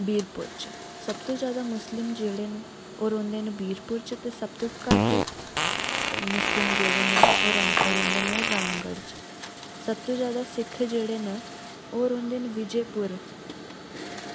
बीरपुर च सब्भ तू जैदा मुस्लिम जेह्ड़े न ओह् रौंह्दे न बीरपुर च ते सब्भ तू घट्ट मुस्लिम जेह्ड़े न ओह् रौंह्दे न रामगढ़ च सब्भ तू जैदा सिख जेह्ड़े न ओह् रौंह्दे न विजयपुर